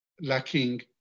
lacking